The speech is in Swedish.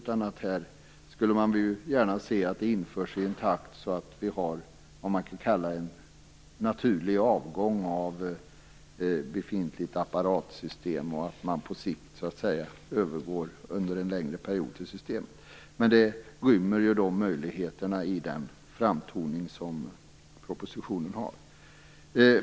Man skulle gärna se att detta införs i sådan takt att vi får vad man skulle kunna kalla en naturlig avgång i fråga om befintligt apparatsystem, och att man övergår till systemet under en längre period. De möjligheterna ryms i den framtoning som propositionen har.